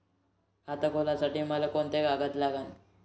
खात खोलासाठी मले कोंते कागद लागन?